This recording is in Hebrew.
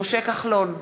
משה כחלון,